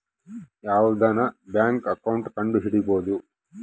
ಯಾವ್ದನ bank account ಕಂಡುಹಿಡಿಬೋದು